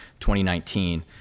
2019